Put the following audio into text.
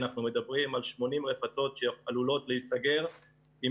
אנחנו מדברים על 80 רפתות שעלולות להיסגר עם